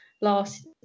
last